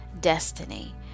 destiny